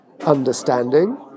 understanding